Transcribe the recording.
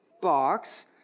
box